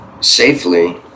safely